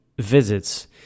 visits